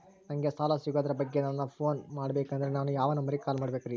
ನಂಗೆ ಸಾಲ ಸಿಗೋದರ ಬಗ್ಗೆ ನನ್ನ ಪೋನ್ ಮಾಡಬೇಕಂದರೆ ಯಾವ ನಂಬರಿಗೆ ಕಾಲ್ ಮಾಡಬೇಕ್ರಿ?